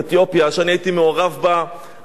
שאני הייתי מעורב בה עד לכאן